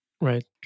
Right